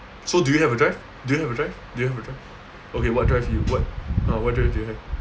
so do you have a drive do you have a drive do you have a drive okay what drive you what drive you have